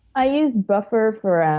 i use buffer for